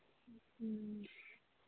ᱦᱮᱸ